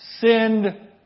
Send